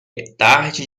tarde